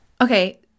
okay